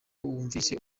wumvise